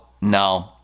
no